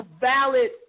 valid